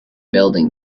building